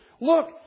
look